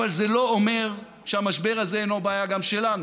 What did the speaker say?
אבל זה לא אומר שהמשבר הזה אינו בעיה גם שלנו.